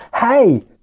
hey